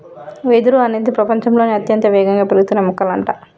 వెదురు అనేది ప్రపచంలోనే అత్యంత వేగంగా పెరుగుతున్న మొక్కలంట